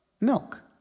milk